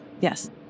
Yes